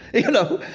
you know,